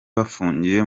bafungiye